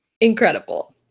Incredible